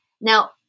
Now